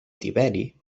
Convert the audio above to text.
tiberi